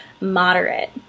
moderate